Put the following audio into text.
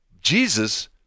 Jesus